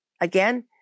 Again